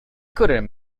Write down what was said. couldn’t